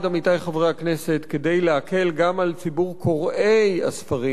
כדי להקל גם על ציבור קוראי הספרים וקוני הספרים.